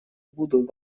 буду